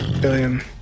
Billion